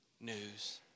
news